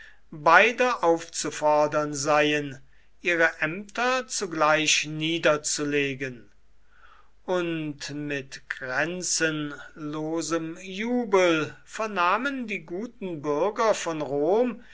beide aufzufordern seien ihre ämter zugleich niederzulegen und mit grenzenlosem jubel vernahmen die guten bürger von rom